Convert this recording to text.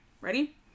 ready